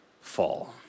fall